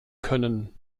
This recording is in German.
können